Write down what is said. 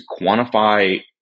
quantify